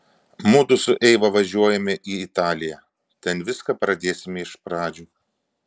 mudu su eiva važiuojame į italiją ten viską pradėsime iš pradžių